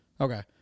Okay